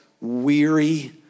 weary